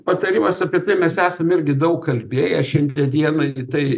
patarimas apie tai mes esam irgi daug kalbėję šiandie dienai tai